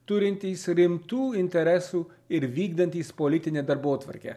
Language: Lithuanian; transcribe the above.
turintys rimtų interesų ir vykdantys politinę darbotvarkę